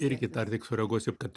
irgi dar tik sureaguosiu kad